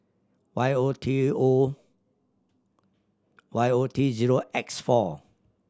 Y O T O Y O T zero X four